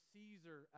Caesar